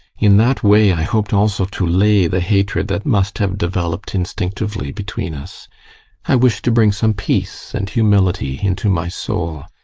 in that way i hoped also to lay the hatred that must have developed instinctively between us i wished to bring some peace and humility into my soul,